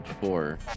four